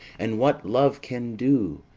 and what love can do,